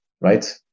right